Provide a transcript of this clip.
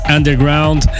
Underground